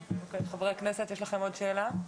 חברי הכנסת, יש לכם עוד שאלה?